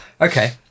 Okay